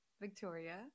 victoria